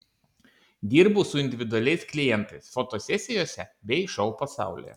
dirbu su individualiais klientais fotosesijose bei šou pasaulyje